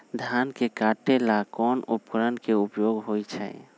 धान के काटे का ला कोंन उपकरण के उपयोग होइ छइ?